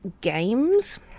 games